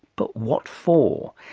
but what for?